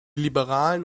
liberalen